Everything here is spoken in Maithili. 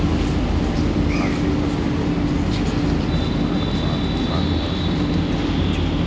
नकदी फसलक रूप मे गन्ना, कपास, तंबाकू, पटसन के खेती होइ छै